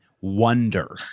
wonder